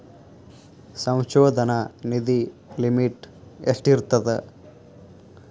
ಸಂಶೋಧನಾ ನಿಧಿ ಲಿಮಿಟ್ ಎಷ್ಟಿರ್ಥದ